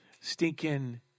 stinking